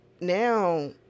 Now